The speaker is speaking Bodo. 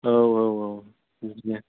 औ औ औ बिदिनो